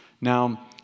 Now